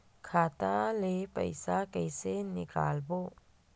खाता ले पईसा कइसे निकालबो?